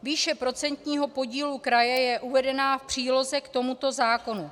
Výše procentního podílu kraje je uvedena v příloze k tomuto zákonu.